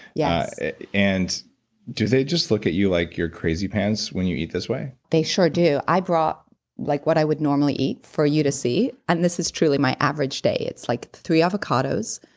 yeah and do they just look at you like you're crazy pants when you eat this way? they sure do. i brought like what i would normally eat for you to see. and this is truly my average day. it's like three avocados,